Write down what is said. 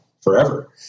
forever